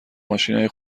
ماشینای